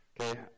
Okay